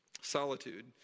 Solitude